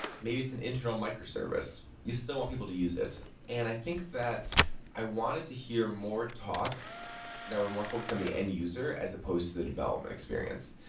maybe it's an internal micro-service. you still want people to use it. and i think that i wanted to hear more talks that were more focused on the end user as supposed to the development experience,